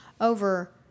over